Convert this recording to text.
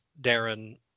Darren